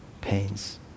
pains